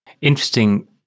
interesting